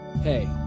Hey